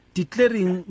declaring